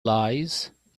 lies